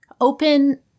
open